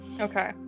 Okay